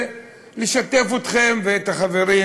ולשתף אתכם ואת החברים,